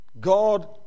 God